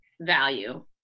value